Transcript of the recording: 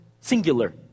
singular